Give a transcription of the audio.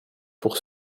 pour